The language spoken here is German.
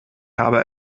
habe